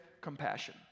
compassion